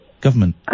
government